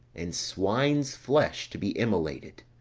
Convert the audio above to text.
and swine's flesh to be immolated,